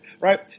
right